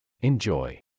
enjoy